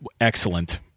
excellent